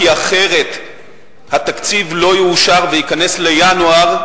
כי אחרת התקציב לא יאושר וייכנס לינואר,